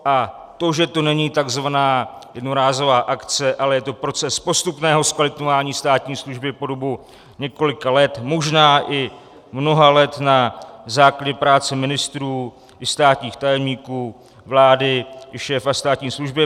A to, že to není takzvaná jednorázová akce, ale je to proces postupného zkvalitňování státní služby po dobu několika let, možná i mnoha let, na základě práce ministrů i státních tajemníků, vlády i šéfa státní služby.